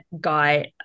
got